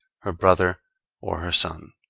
her brother or her son.